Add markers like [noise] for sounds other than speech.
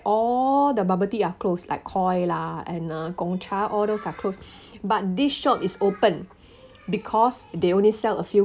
all the bubble tea are closed like koi lah and uh gong cha all those are closed [breath] but this shop is open because they only sell a few